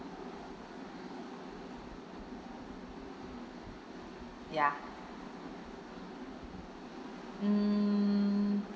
ya um